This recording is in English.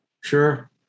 Sure